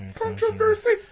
Controversy